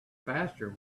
faster